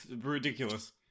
ridiculous